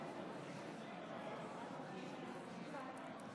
ועדת הכנסת תכריע.